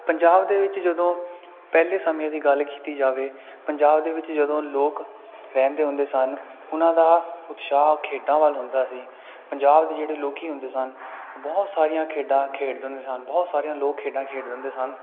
ਪੰਜਾਬ ਦੇ ਵਿੱਚ ਜਦੋਂ ਪਹਿਲੇ ਸਮੇਂ ਦੀ ਗੱਲ ਕੀਤੀ ਜਾਵੇ ਪੰਜਾਬ ਦੇ ਵਿੱਚ ਜਦੋਂ ਲੋਕ ਰਹਿੰਦੇ ਹੁੰਦੇ ਸਨ ਉਹਨਾਂ ਦਾ ਉਤਸ਼ਾਹ ਖੇਡਾਂ ਵੱਲ ਹੁੰਦਾ ਸੀ ਪੰਜਾਬ ਦੇ ਜਿਹੜੇ ਲੋਕ ਹੁੰਦੇ ਸਨ ਬਹੁਤ ਸਾਰੀਆਂ ਖੇਡਾਂ ਖੇਡਦੇ ਹੁੰਦੇ ਸਨ ਬਹੁਤ ਸਾਰੀਆਂ ਲੋਕ ਖੇਡਾਂ ਖੇਡਦੇ ਹੁੰਦੇ ਸਨ